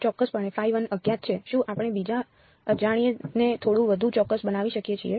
ચોક્કસપણે અજ્ઞાત છે શું આપણે બીજા અજાણ્યાને થોડું વધુ ચોક્કસ બનાવી શકીએ છીએ